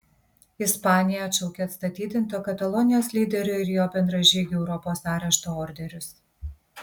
ispanija atšaukė atstatydinto katalonijos lyderio ir jo bendražygių europos arešto orderius